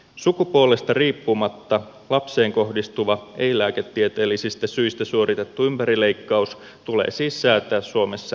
sukupuolesta riippumatta lapseen kohdistuva ei lääketieteellisistä syistä suoritettu ympärileikkaus tulee siis säätää suomessa lainvastaiseksi